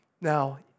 Now